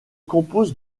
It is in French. compose